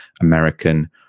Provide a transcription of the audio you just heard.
american